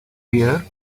wear